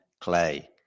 clay